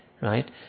Right